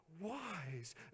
wise